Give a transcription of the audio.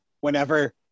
whenever